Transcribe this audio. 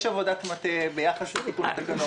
יש עבודת מטה ביחס לתיקון התקנות